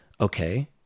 okay